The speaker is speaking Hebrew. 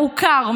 מעוקר,